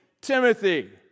Timothy